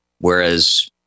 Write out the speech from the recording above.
whereas